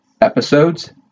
episodes